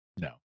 No